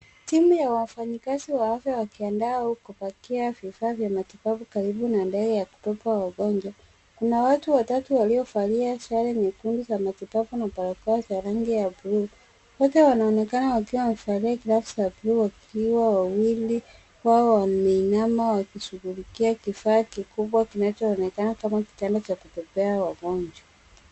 Timu ya wafanyikazi wa afya wakiandaa au kupakia vifaa vya matibabu karibu na ndege ya kubeba wagonjwa. Kuna watu watatu waliovalia sare nyekundu za matibabu na barakoa za rangi ya buluu. Wote wanaonekana wakiwa wamevalia glavu za buluu wakiwa wawili wao wameinama wakishughulikia kifaa kikubwa kinachoonekana kama kitanda cha kubebea wagonjwa.